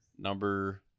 number